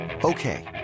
Okay